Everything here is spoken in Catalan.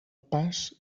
pas